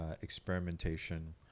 experimentation